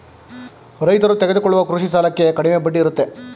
ರೈತರು ತೆಗೆದುಕೊಳ್ಳುವ ಕೃಷಿ ಸಾಲಕ್ಕೆ ಕಡಿಮೆ ಬಡ್ಡಿ ಇರುತ್ತೆ